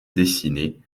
dessinée